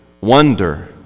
wonder